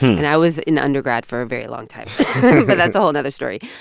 and i was in undergrad for a very long time but that's a whole nother story.